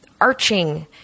arching